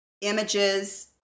images